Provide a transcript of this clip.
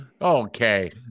okay